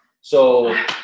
So-